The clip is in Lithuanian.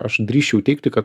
aš drįsčiau teigti kad